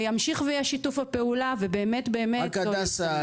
ושיתוף הפעולה ימשיך ובאמת --- הדס,